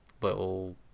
little